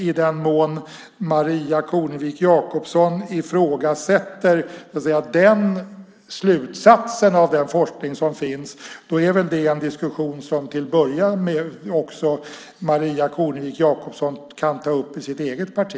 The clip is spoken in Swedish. I den mån Maria Kornevik Jakobsson ifrågasätter denna slutsats av den forskning som finns är väl det en diskussion som hon till att börja med kan ta upp i sitt eget parti.